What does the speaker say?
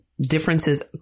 differences